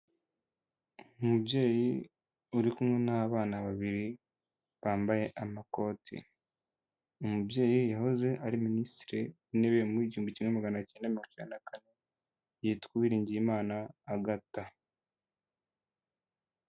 Umubyeyi uri kumwe n'abana babiri bambaye amakoti, uyu mubyeyi yahoze ari Ministre w'intebe mu gihumbi kimwe maganacyenda na mirongocyenda na kane, yitwa Uwiringiyimana Agathah.